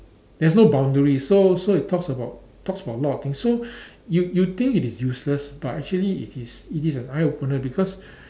there's no boundaries so so it talks about it talks about a lot of things so you you think it is useless but actually it is it is an eye opener because